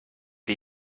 wie